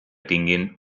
tinguin